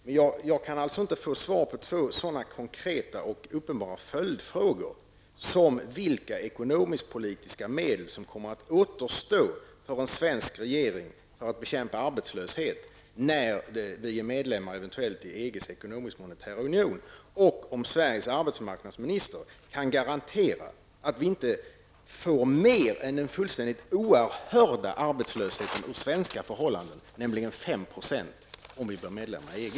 Men jag kan alltså inte få svar på två sådana konkreta och uppenbara följdfrågor som vilka ekonomisk-politiska medel som kommer att återstå för en svensk regering när det gäller att bekämpa arbetslöshet när Sverige eventuellt blir medlem i EGs ekonomisk-monetära union och om Sveriges arbetsmarknadsminister kan garantera att vi inte får en större arbetslöshet än en för svenska förhållanden oerhört stor på 5 % om Sverige blir medlem i EG.